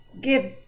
gives